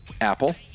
Apple